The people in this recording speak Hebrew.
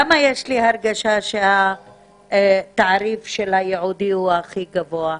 למה יש לי הרגשה שהתעריף של הייעודי הוא הכי גבוה?